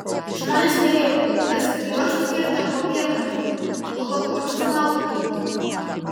žmonės spėjo kad spygliuočius kerta popiermalkėm o lapuočius malkom